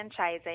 franchising